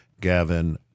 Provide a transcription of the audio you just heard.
Gavin